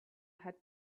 had